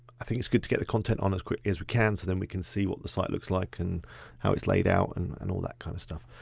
i think it's good to get the content on as quick as we can so then we can see what the site looks like and how its laid out and and all that kind of stuff.